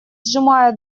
сжимая